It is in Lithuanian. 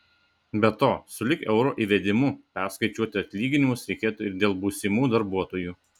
be to sulig euro įvedimu perskaičiuoti atlyginimus reikėtų ir dėl būsimų darbuotojų